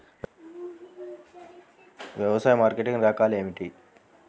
వ్యవసాయ మార్కెటింగ్ రకాలు ఏమిటి?